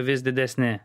vis didesni